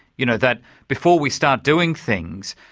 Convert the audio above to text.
you know, that before we start doing things,